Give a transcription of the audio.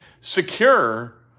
secure